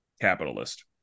capitalist